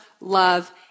love